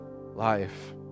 life